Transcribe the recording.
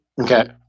Okay